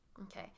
Okay